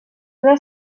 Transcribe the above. una